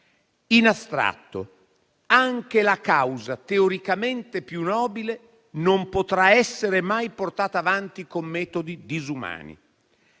In astratto, anche la causa teoricamente più nobile non potrà essere mai portata avanti con metodi disumani.